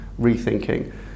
rethinking